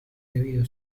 debido